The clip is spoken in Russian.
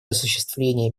осуществлении